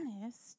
honest